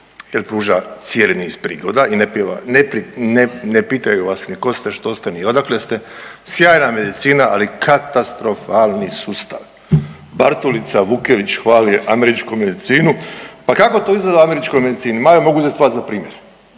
jer pruža cijeli niz prigoda i ne pitaju vas ni tko ste što se ni odakle ste. Sjajna medicina ali katastrofalni sustav, Bartulica, Vukelić hvali američku medicinu. Pa kako to izgleda u američkoj medicini. Majo mogu uzeti vas za primjer